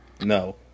no